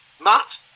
Matt